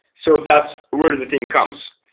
so that's really the thing comes.